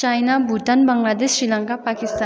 China Bhutan Bangladesh Sri Lanka Pakistan